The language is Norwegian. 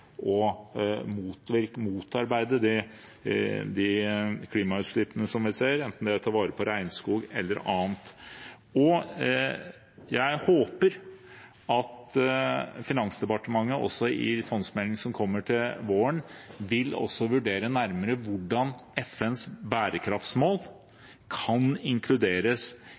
motarbeide de klimautslippene som vi ser, enten det er å ta vare på regnskog eller annet. Og jeg håper at Finansdepartementet også i fondsmeldingen som kommer til våren, vil vurdere nærmere hvordan FNs bærekraftsmål kan inkluderes